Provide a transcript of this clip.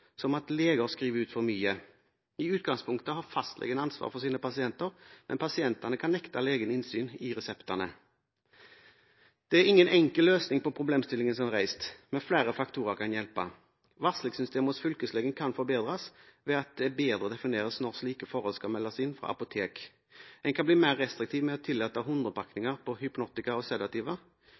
som at leger skriver ut for mye. I utgangspunktet har fastlegen ansvar for sine pasienter, men pasientene kan nekte legen innsyn i reseptene. Det er ingen enkel løsning på problemstillingen som er reist, men flere faktorer kan hjelpe. Varslingssystemet hos fylkeslegen kan forbedres ved at det bedre defineres når slike forhold skal meldes inn fra apotek. En kan bli mer restriktiv med å tillate 100-pakninger på hypnotika og